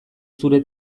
zure